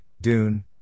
Dune